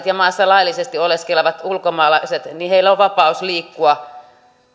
ja maassa laillisesti oleskelevilla ulkomaalaisilla on vapaus liikkua